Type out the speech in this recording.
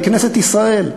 בכנסת ישראל.